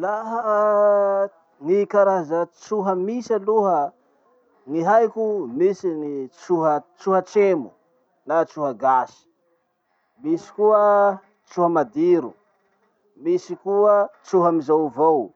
Laha gny karaza tsoha misy aloha, gny haiko, misy ny tsoha- tsoha tremo na tsoha gasy, misy koa tsoha madiro, misy koa tshoa amizao avao,